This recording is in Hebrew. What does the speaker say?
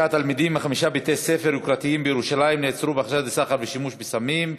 7, אין מתנגדים ואין נמנעים.